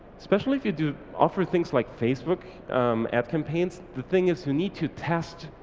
especially if you do offer things like facebook ad campaigns. the thing is you need to test,